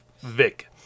Vic